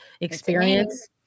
experience